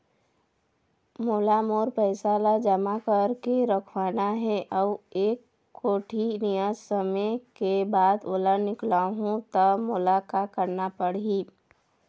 मोला मोर पैसा ला जमा करके रखवाना हे अऊ एक कोठी नियत समय के बाद ओला निकलवा हु ता मोला का करना पड़ही?